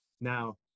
now